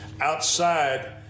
outside